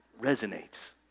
resonates